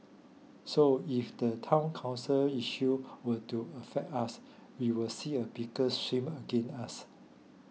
so if the Town Council issue were to affect us we will see a bigger swing against us